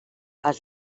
els